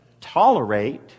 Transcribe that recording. tolerate